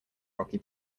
rocky